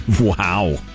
Wow